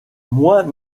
moins